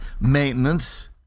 maintenance